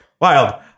wild